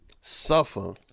suffer